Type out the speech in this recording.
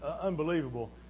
unbelievable